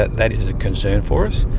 that that is a concern for us,